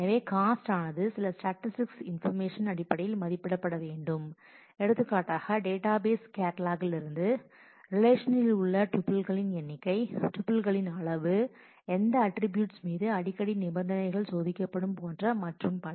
எனவே காஸ்ட் ஆனது சில ஸ்டாட்டிஸ்டிக்ஸ் இன்பரமேஷன் அடிப்படையில் மதிப்பிடப்பட வேண்டும் எடுத்துக்காட்டாக டேட்டாபேஸ் கேட்லாக்கிலிருந்து ரிலேஷனில் உள்ள டுபில்களின் எண்ணிக்கை டுபில்களின் அளவு எந்த அட்ட்ரிபூட்ஸ் மீது அடிக்கடி நிபந்தனைகள் சோதிக்கப்படும் போன்ற மற்றும் பல